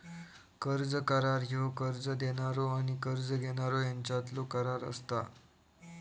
कर्ज करार ह्यो कर्ज देणारो आणि कर्ज घेणारो ह्यांच्यातलो करार असता